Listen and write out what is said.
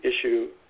issue